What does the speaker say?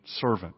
servant